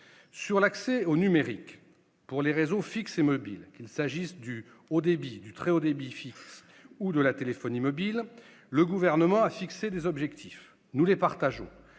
Sur l'accès au numérique par les réseaux fixes et mobiles, qu'il s'agisse du haut débit fixe, du très haut débit fixe ou de la téléphonie mobile, le Gouvernement a fixé des objectifs. Nous les partageons.